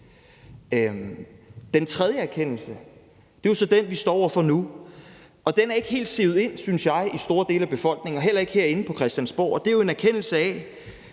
Den tredje erkendelse er jo så den, vi står over for nu, og den er ikke helt sivet ind, synes jeg, i store dele af befolkningen og heller ikke herinde på Christiansborg. Og det er jo en erkendelse af,